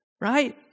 right